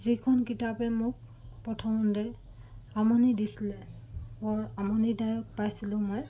যিখন কিতাপে মোক প্ৰথমতে আমনি দিছিলে বৰ আমনিদায়ক পাইছিলোঁ মই